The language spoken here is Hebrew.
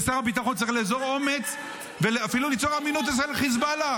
ושר הביטחון צריך לאזור אומץ ואפילו ליצור אמינות אצל חיזבאללה,